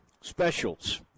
specials